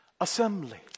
assembly